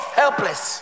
helpless